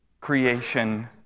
creation